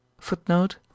Footnote